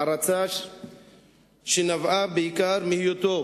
הערצה שנבעה בעיקר מהיותו